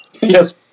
Yes